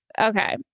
okay